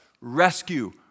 rescue